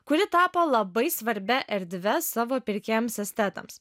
kuri tapo labai svarbia erdve savo pirkėjams estetams